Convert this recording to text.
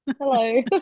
hello